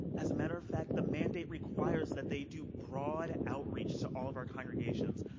as a matter of fact, the mandate requires that they do broad outreach to all of our congregations.